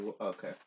Okay